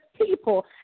people